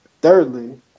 Thirdly